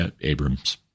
Abrams